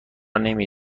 نمی